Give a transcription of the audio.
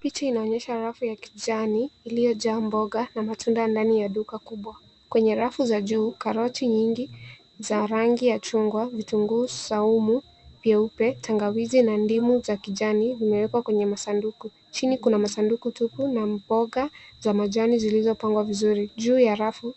Picha inaonyesha rafu ya kijani iliyojaa mboga na matunda ndani ya duka kubwa. Kwenye rafu za juu, karoti nyingi za rangi ya chungwa, vitunguu saumu vyeupe, tangawizi na ndimu za kijani zimewekwa kwenye masanduku. Chini kuna masanduku tupu na mboga za majani zilizopangwa vizuri. Juu ya rafu